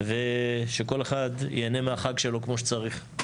ושכל אחד ייהנה מהחג שלו כמו שצריך.